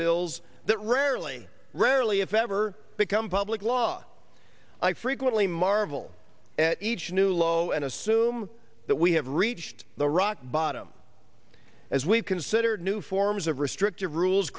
bills that rarely rarely if ever become public law i frequently marvel at each new low and assume that we have reached the rock bottom as we consider new forms of restrictive rules